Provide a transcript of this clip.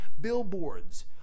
billboards